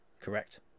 Correct